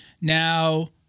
Now